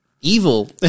Evil